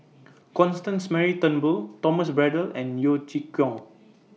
Constance Mary Turnbull Thomas Braddell and Yeo Chee Kiong